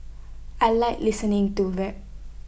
I Like listening to rap